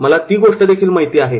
मला ती गोष्टदेखील माहिती आहे